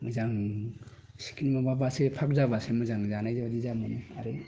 मोजां माबाबासो थाब जाबासो मोजां जानाय बायदि जायो आरो